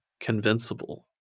convincible